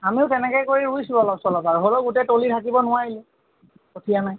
আমিও তেনেকৈ কৰি ৰুইছোঁ অলপ চলপ আৰু হ'লেও গোটেই তলি ঢাকিব নোৱাৰিলোঁ কঠিয়া নাই